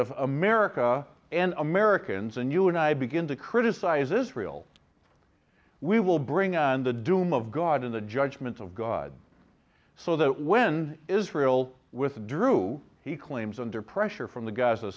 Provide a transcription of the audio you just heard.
if america and americans and you and i begin to criticize israel we will bring on the doom of god in the judgment of god so that when israel withdrew he claims under pressure from the g